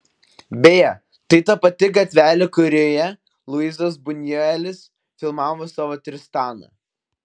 beje tai ta pati gatvelė kurioje luisas bunjuelis filmavo savo tristaną